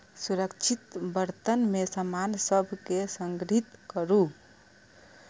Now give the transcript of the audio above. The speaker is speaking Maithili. सुरक्षित बर्तन मे सामान सभ कें संग्रहीत करू